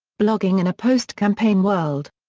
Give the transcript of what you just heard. blogging in a post-campaign world.